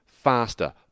Faster